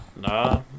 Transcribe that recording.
Nah